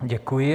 Děkuji.